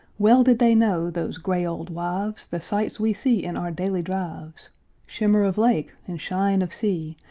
well did they know, those gray old wives, the sights we see in our daily drives shimmer of lake and shine of sea,